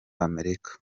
amerika